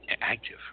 active